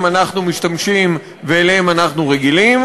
אנחנו משתמשים ואליהן אנחנו רגילים,